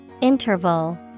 Interval